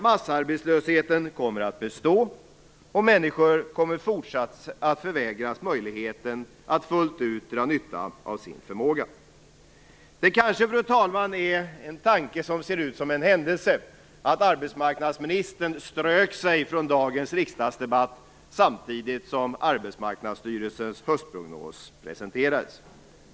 Massarbetslösheten kommer att bestå och människor kommer även i fortsättningen att förvägras möjligheten att fullt ut dra nytta av sin förmåga. Fru talman! Det kanske är en tanke som ser ut som en händelse att arbetsmarknadsministern strök sig från dagens riksdagsdebatt samtidigt som Arbetsmarknadsstyrelsens höstprognos presenterades.